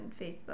Facebook